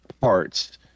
parts